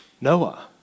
Noah